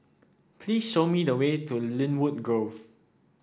please show me the way to Lynwood Grove